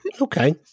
Okay